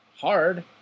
hard